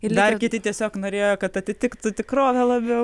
dar kiti tiesiog norėjo kad atitiktų tikrovę labiau